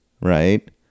Right